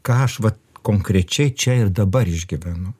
ką aš vat konkrečiai čia ir dabar išgyvenu